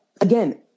again